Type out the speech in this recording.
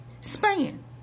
span